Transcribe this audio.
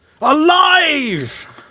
alive